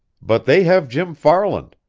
but they have jim farland,